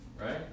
Right